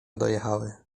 dojechały